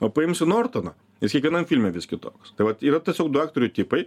o paimsiu nortoną jis kiekvienam filme vis kito tai vat yra tiesiog du aktorių tipai